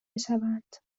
بشوند